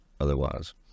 otherwise